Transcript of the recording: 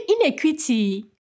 inequity